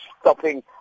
stopping